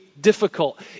difficult